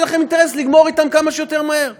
שיהיה לכם אינטרס לגמור אתם כמה שיותר מהר ובגישור.